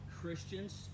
Christians